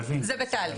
זה בתהליך.